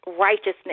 righteousness